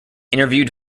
interviewed